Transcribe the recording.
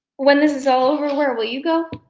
when this is all over, where will you go?